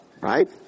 right